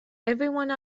everyone